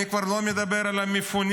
אני כבר לא מדבר על המפונים.